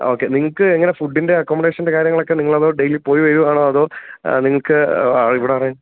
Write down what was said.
okay നിങ്ങൾക്ക് എങ്ങനെ ഫുഡിൻ്റെ അക്കോമഡേഷൻ്റെ കാര്യങ്ങളൊക്കെ നിങ്ങളതോ ഡെയിലി പോയിവരുകയാണോ അതോ നിങ്ങൾക്ക് ഇവിടെ അറേൻ